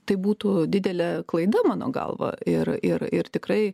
tai būtų didelė klaida mano galva ir ir ir tikrai